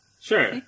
Sure